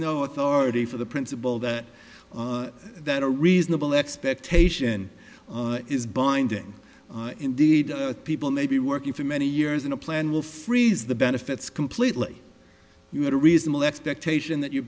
no authority for the principle that that a reasonable expectation is binding indeed people may be working for many years in a plan will freeze the benefits completely you had a reasonable expectation that your